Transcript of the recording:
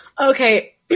Okay